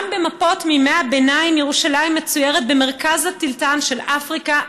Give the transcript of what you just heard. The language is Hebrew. גם במפות מימי הביניים ירושלים מצוירת במרכז התלתן של אפריקה,